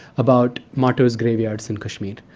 about martyrs' graveyards in kashmir,